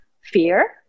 fear